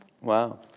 Wow